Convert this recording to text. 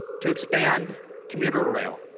to expand commuter rail.